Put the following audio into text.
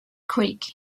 creek